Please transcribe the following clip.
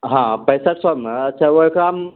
हँ पैंसठ सएमे अच्छा ओकरा